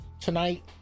tonight